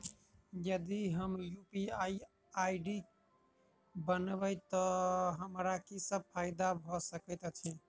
यदि हम UPI ID बनाबै तऽ हमरा की सब फायदा भऽ सकैत अछि?